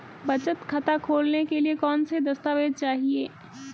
बचत खाता खोलने के लिए कौनसे दस्तावेज़ चाहिए?